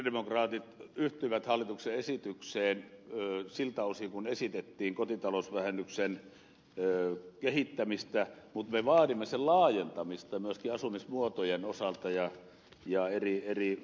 sosialidemokraatit yhtyivät hallituksen esitykseen siltä osin kuin esitettiin kotitalousvähennyksen kehittämistä mutta me vaadimme sen laajentamista myöskin asumismuotojen osalta ja eri kiinteistöyhtiöiden ynnä muuta